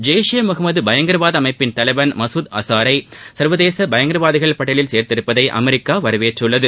ஜெய்ஷே முகம்மது பயங்கரவாத அமைப்பின் தலைவன் மசூத் அசாரை சர்வதேச பயங்கரவாதிகள் பட்டியலில் சேர்த்திருப்பதை அமெரிக்கா வரவேற்றுள்ளது